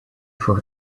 for